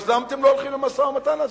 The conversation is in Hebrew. אז למה אתם לא הולכים למשא-ומתן הזה?